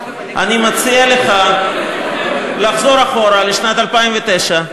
אני מציע לך לחזור אחורה לשנת 2009,